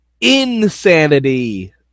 Insanity